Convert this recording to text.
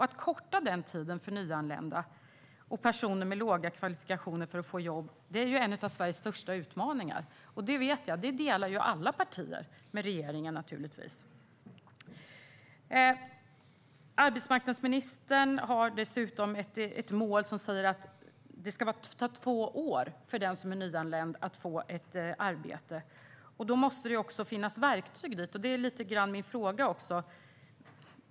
Att korta denna tid för nyanlända och för personer med låga kvalifikationer när det gäller att få jobb är en av Sveriges största utmaningar. Alla partier delar naturligtvis regeringens uppfattning om detta. Arbetsmarknadsministern har dessutom som mål att det ska ta två år för den som är nyanländ att få ett arbete. Då måste det också finnas verktyg för detta. Det är lite grann detta som min fråga handlar om.